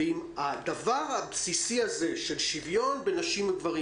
ואם הדבר הבסיסי הזה של שוויון בין גברים ונשים,